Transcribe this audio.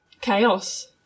chaos